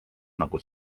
nagu